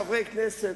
חברי כנסת,